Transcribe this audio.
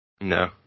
No